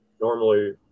Normally